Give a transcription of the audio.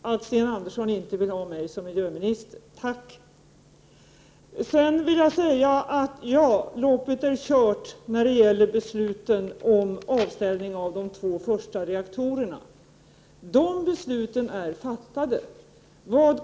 Herr talman! Jag tar det som en komplimang att Sten Andersson i Malmö inte vill ha mig som miljöminister, tack! Sedan vill jag säga att loppet är kört när det gäller besluten om avstängning av de två första reaktorerna. Dessa beslut är fattade.